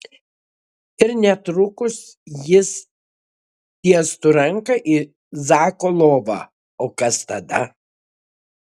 ir netrukus jis tiestų ranką į zako lovą o kas tada